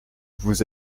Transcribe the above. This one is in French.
vous